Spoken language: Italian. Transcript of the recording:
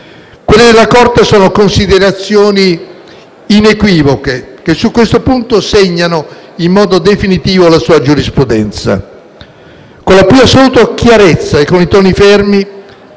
Quelle della Corte sono considerazioni inequivoche, che su questo punto segnano in modo definitivo la sua giurisprudenza. Con la più assoluta chiarezza e con i toni fermi